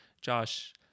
Josh